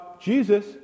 Jesus